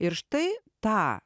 ir štai tą